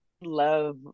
love